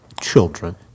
children